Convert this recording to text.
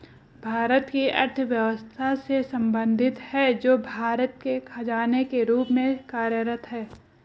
भारत की अर्थव्यवस्था से संबंधित है, जो भारत के खजाने के रूप में कार्यरत है